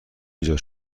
ایجاد